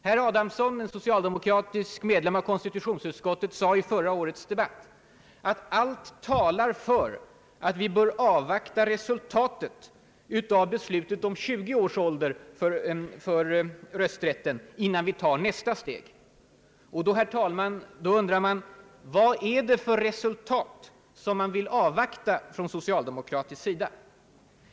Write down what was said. Herr Adamsson, socialdemokratisk medlem av konstitutionsutskottet, sade i förra årets debatt, att »allt talar för att vi bör avvakta resultatet av detta beslut» om 20 års ålder för rösträtt innan vi tar nästa steg. Då undrar man vad det är för »resultat« som man från socialdemokratisk sida vill avvakta.